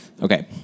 Okay